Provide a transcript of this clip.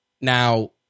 Now